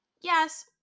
yes